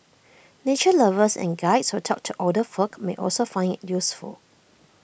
nature lovers and Guides who talk to older folk may also find IT useful